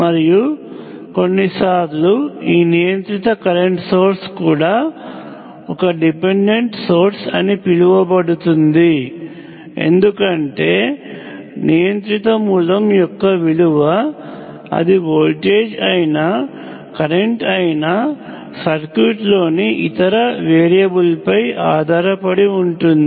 మరియు కొన్నిసార్లు ఈ నియంత్రిత కరెంట్ సోర్స్ కూడా ఒక డిపెండెంట్ సోర్స్ అని పిలువబడుతుంది ఎందుకంటే నియంత్రిత మూలం యొక్క విలువ అది వోల్టేజ్ అయినా కరెంట్ అయినా సర్క్యూట్లోని ఇతర వేరియబుల్పై ఆధారపడి ఉంటుంది